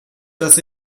dass